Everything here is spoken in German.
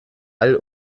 all